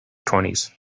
twenties